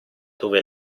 dove